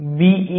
तर Le 1